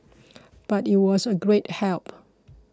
but it was a great help